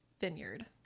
Vineyard